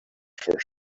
for